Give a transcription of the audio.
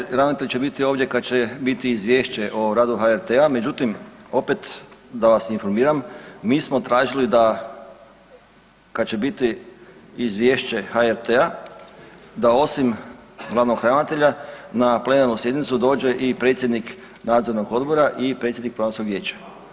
Glavni ravnatelj će biti ovdje kad će biti izvješće o radu HRT-a, međutim opet da vas informiram mi smo tražili da kad će biti izvješće HRT-a da osim glavnog ravnatelja na plenarnu sjednicu dođe i predsjednik nadzornog odbora i predsjednik programskog vijeća.